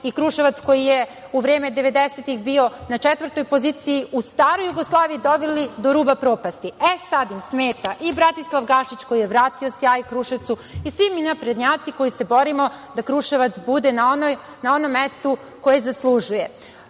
i Kruševac koji je u vreme devedesetih bio na četvrtoj poziciji u staroj Jugoslaviji, doveli do ruba propasti. E sada im smeta i Bratislav Gašić koji je vratio sjaj Kruševcu i svi mi naprednjaci koji se borimo da Kruševac bude na onom mestu koje zaslužuje. Moram